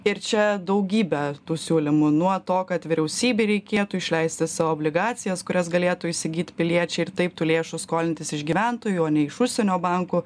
ir čia daugybė tų siūlymų nuo to kad vyriausybei reikėtų išleisti savo obligacijas kurias galėtų įsigyt piliečiai ir taip tų lėšų skolintis iš gyventojų o ne iš užsienio bankų